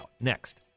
Next